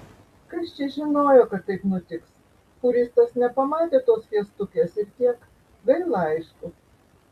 kas čia žinojo kad taip nutiks fūristas nepamatė tos fiestukės ir tiek gaila aišku